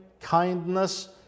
kindness